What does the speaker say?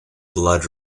blood